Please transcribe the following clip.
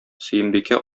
сөембикә